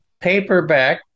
Paperback